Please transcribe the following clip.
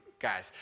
guys